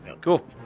cool